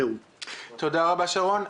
תודה רבה שרון.